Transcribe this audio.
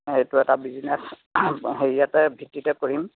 এইটো এটা বিজনেছ হেৰিয়াতে ভিত্তিতে কৰিম